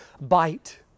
bite